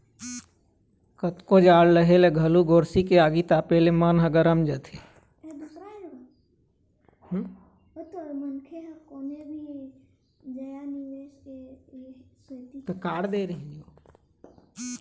मनखे ह कोनो भी जघा निवेस ए सेती करथे जेखर ले ओला जतका जादा हो सकय बरोबर मुनाफा होवय